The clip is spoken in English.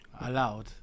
allowed